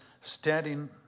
Standing